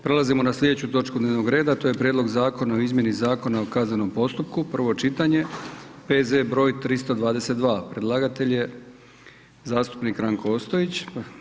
Prelazimo na sljedeću točku dnevno reda, to je: - Prijedlog zakona o izmjeni Zakona o kaznenom postupku, prvo čitanje, P.Z. br. 322; Predlagatelj je zastupnik Ranko Ostojić.